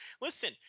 Listen